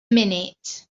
minute